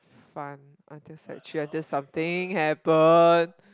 fun until saturated something happen